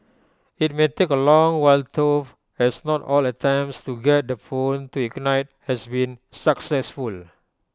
IT may take A long while tofu as not all attempts to get the phone to ignite has been successful